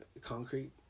concrete